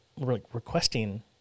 requesting